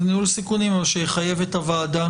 אבל זה ניהול סיכונים שיחייב את הוועדה,